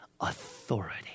authority